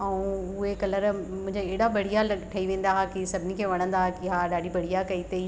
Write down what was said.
ऐं उहे कलर मुंहिंजे हेॾा बढ़िया अलॻि ठही वेंदा आहे की सभिनी खे वणंदा हुआ की हा ॾाढी बढ़िया कई अथई